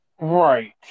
Right